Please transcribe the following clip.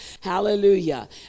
Hallelujah